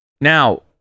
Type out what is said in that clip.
Now